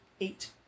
eight